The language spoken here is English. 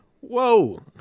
Whoa